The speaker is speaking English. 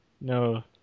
no